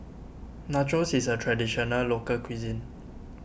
Nachos is a Traditional Local Cuisine